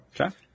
Okay